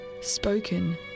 spoken